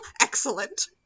Excellent